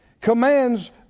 commands